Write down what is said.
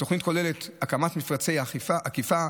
התוכניות כוללות הקמת מפרצי אכיפה,